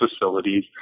facilities